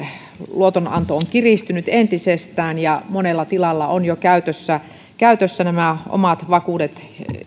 luotonanto on kiristynyt entisestään ja monella tilalla on jo käytössä käytössä omat vakuudet